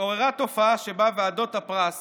התעוררה תופעה שבה ועדות הפרס